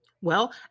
Well